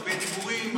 הרבה דיבורים,